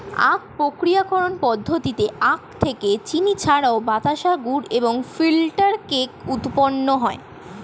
আখ প্রক্রিয়াকরণ পদ্ধতিতে আখ থেকে চিনি ছাড়াও বাতাসা, গুড় এবং ফিল্টার কেক উৎপন্ন হয়